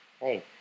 hey